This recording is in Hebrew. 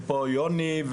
ופה יוני,